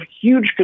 huge